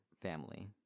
family